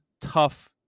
tough